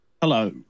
Hello